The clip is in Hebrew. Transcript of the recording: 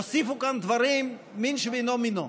הוסיפו כאן דברים, מין בשאינו במינו,